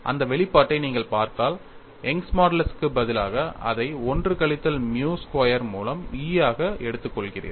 அந்த வெளிப்பாட்டை நீங்கள் பார்த்தால் யங்கின் மாடுலஸுக்குப் Young's modulus பதிலாக அதை 1 கழித்தல் மியூ ஸ்கொயர் மூலம் E ஆக எடுத்துக்கொள்கிறீர்கள்